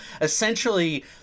essentially